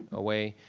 away.